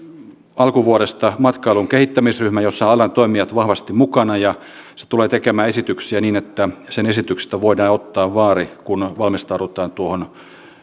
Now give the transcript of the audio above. alkuvuodesta matkailun kehittämisryhmän jossa ovat alan toimijat vahvasti mukana ja se tulee tekemään esityksiä niin että sen esityksistä voidaan ottaa vaari kun valmistaudutaan tuohon